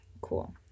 cool